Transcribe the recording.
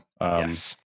Yes